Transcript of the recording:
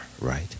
right